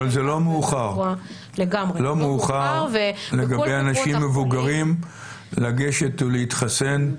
אבל זה לא מאוחר לגבי אנשים מבוגרים לגשת ולהתחסן.